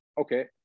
okay